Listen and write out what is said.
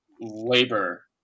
Labor